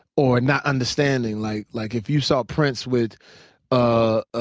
or not understanding. like like if you saw prince with a